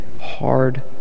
hard